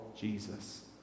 Jesus